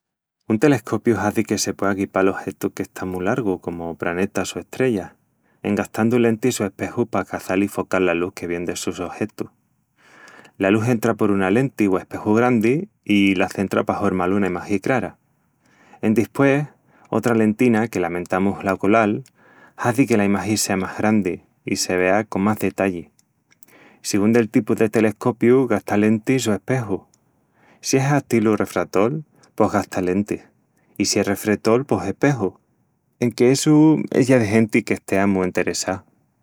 Un telescopiu hazi que se puea guipal ojetus qu'están mu largu comu pranetas o estrellas, en gastandu lentis o espejus pa caçal i focal la lus que vien d'essus ojetus. La lus entra por una lenti o espeju grandi i la centra pa hormal una imagi crara. Endispués otra lentina, que la mentamus la oculal, hazi que la imagi sea más grandi i se vea con más detalli. Sigún del tipu de telescopiu, gasta lentis o espejus. Si es astilu refratol, pos gasta lentis; i si es refretol, pos espejus, enque essu es ya de genti qu'estea mu enteressá.